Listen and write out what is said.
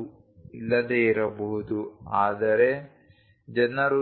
5 ಇಲ್ಲದೆ ಇರಬಹುದು ಆದರೆ ಜನರು